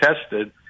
tested